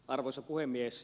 arvoisa puhemies